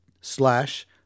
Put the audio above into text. slash